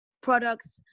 products